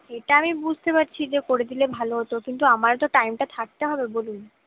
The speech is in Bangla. এটা আমি বুঝতে পারছি যে করে দিলে ভালো হতো কিন্তু আমারও তো টাইমটা থাকতে হবে বলুন